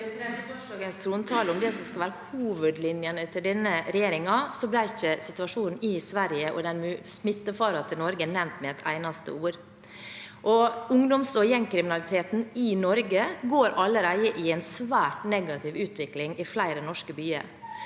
I gårsdagens tronta- le, om det som skal være hovedlinjene til denne regjeringen, ble ikke situasjonen i Sverige og smittefaren til Norge nevnt med et eneste ord. Ungdoms- og gjengkriminaliteten har allerede en svært negativ utvikling i flere norske byer.